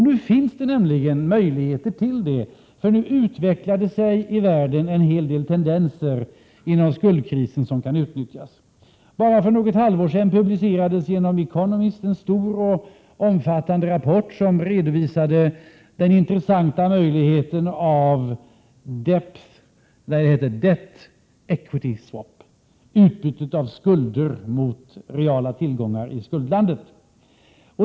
Nu finns det nämligen möjligheter till detta, för i dag utvecklar det sig i världen en hel del tendenser när det gäller skuldkrisen som kan utnyttjas. För bara något halvår sedan publicerade tidningen The Economist en stor och omfattande rapport som redovisade den intressanta möjligheten till Debt and Equity Swap, dvs. utbyte av skulder mot reala tillgångar i skuldlandet.